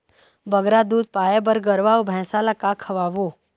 बगरा दूध पाए बर गरवा अऊ भैंसा ला का खवाबो?